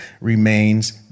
remains